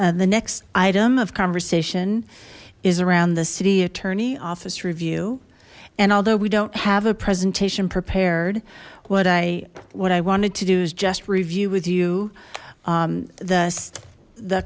mayor the next item of conversation is around the city attorney office review and although we don't have a presentation prepared what i what i wanted to do is just review with you this the